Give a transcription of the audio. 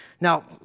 Now